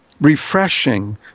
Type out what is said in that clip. refreshing